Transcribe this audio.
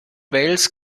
wales